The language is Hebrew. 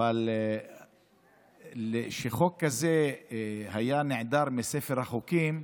אבל כשחוק כזה היה נעדר מספר החוקים,